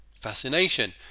fascination